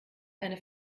eine